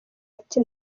ati